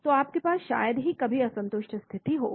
तो आपके पास शायद ही कभी असंतुष्ट स्थिति होगी